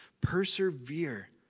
Persevere